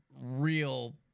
real